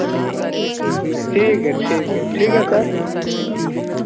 ठीक है ठीक है ठीक है सर